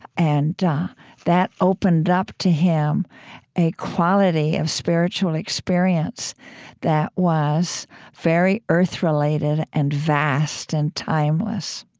and that opened up to him a quality of spiritual experience that was very earth-related and vast and timeless